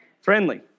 Friendly